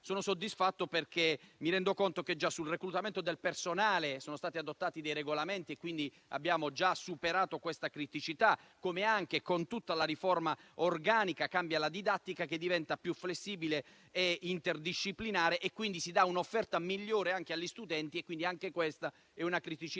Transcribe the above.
soddisfatto perché mi rendo conto che già sul reclutamento del personale sono stati adottati dei regolamenti e quindi abbiamo già superato questa criticità, come anche con tutta la riforma organica cambia la didattica, che diventa più flessibile e interdisciplinare e quindi si garantisce un'offerta migliore anche agli studenti, un'altra criticità